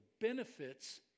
benefits